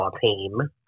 team